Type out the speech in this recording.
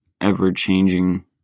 ever-changing